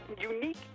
unique